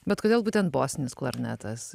bet kodėl būtent bosinis klarnetas